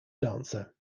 dancer